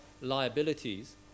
liabilities